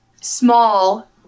small